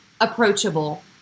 approachable